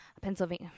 Pennsylvania